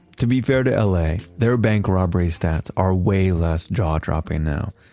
to be fair to la, their bank robbery stats are way less jaw-dropping now.